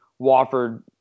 Wofford